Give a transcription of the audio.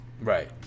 Right